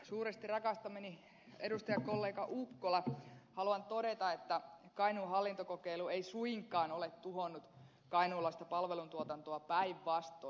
suuresti rakastamani edustajakollega ukkola haluan todeta että kainuun hallintokokeilu ei suinkaan ole tuhonnut kainuulaista palveluntuotantoa päinvastoin